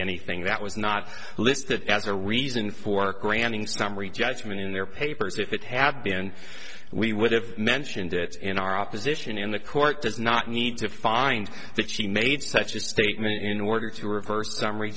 anything that was not listed as a reason for granting summary judgment in their papers if it had been we would have mentioned it in our opposition in the court does not need to find that she made such a statement in order to reverse